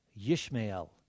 Yishmael